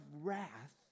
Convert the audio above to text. wrath